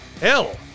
hell